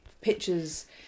pictures